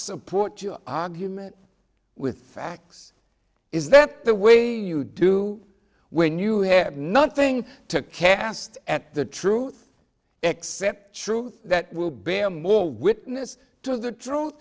support your argument with facts is that the way you do when you have nothing to cast at the truth except truth that will bear more witness to the